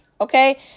Okay